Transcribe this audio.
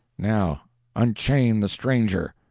now unchain the stranger.